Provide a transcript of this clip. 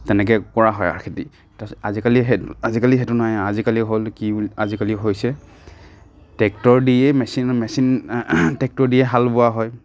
তেনেকে কৰা হয় আৰু খেতি তাৰপাছত আজিকালি সেই আজিকালি সেইটো নাই আৰু আজিকালি হ'ল কি আজিকালি হৈছে ট্ৰেক্টৰ দিয়ে মেচিন মেচিন ট্ৰেক্টৰ দিয়ে হাল বোৱা হয়